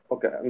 Okay